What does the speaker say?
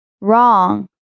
Wrong